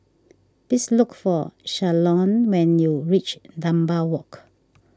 please look for Shalon when you reach Dunbar Walk